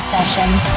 Sessions